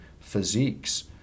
physiques